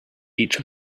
each